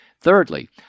Thirdly